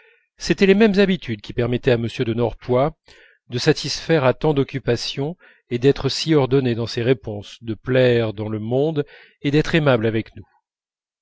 c'était les mêmes habitudes qui permettaient à m de norpois de satisfaire à tant d'occupations et d'être si ordonné dans ses réponses de plaire dans le monde et d'être aimable avec nous